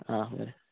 आं बरें